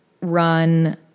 run